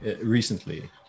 recently